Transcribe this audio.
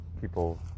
People